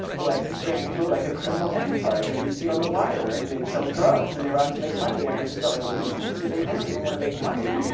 like gangs were like a criminal enterprise like you'd see on the wire, and they'd sell drugs, and they were out to make money. and i just felt like, these kids today, they don't even want to make money.